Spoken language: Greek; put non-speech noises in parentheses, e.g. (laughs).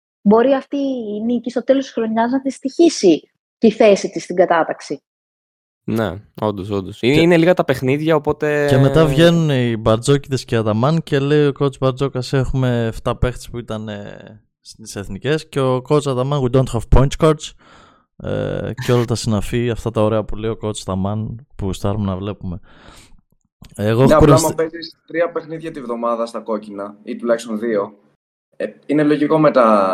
Μπορεί αυτή η νίκη στο τέλος της χρονιάς να της στοιχίσει τη θέση της στην κατάταξη. Ναι, όντως, όντως. Είναι- Και- είναι λίγα τα παιχνίδια, οπότε- και μετά βγαίνουν οι Μπαρτζόκητες και οι Αταμάν και λέει ο coach Μπαρτζόκας, «Έχουμε εφτά παίχτες που ήταν, ε, στις εθνικές». Και ο coach Αταμάν, «We don't have points, coach». Ε, (laughs) και όλα τα συναφή, αυτά τα ωραία που λέει ο coach Αταμάν, που στάρουμε να βλέπουμε. Εγώ Ναι, έχω απλά, κουραστεί- άμα παίζεις τρία παιχνίδια τη βδομάδα στα κόκκινα, ή τουλάχιστον δύο, ε, είναι λογικό μετά